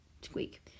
Squeak